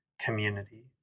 community